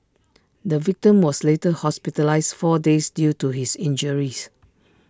the victim was later hospitalised four days due to his injuries